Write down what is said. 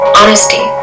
honesty